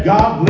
God